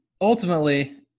ultimately